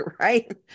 Right